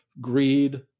greed